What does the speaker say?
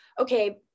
okay